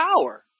power